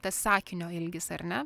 tas sakinio ilgis ar ne